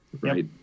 right